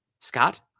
Scott